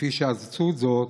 כפי שעשו זאת